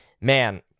man